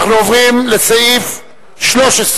אנחנו עוברים לסעיף 13: